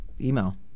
email